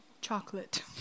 Chocolate